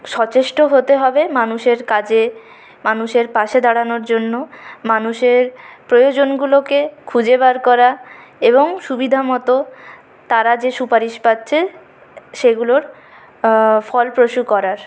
সচেষ্ট হতে হবে মানুষের কাজে মানুষের পাশে দাঁড়ানোর জন্য মানুষের প্রয়োজনগুলোকে খুঁজে বার করা এবং সুবিধামত তারা যে সুপারিশ পাচ্ছে সেগুলোর ফলপ্রসূ করার